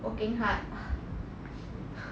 working hard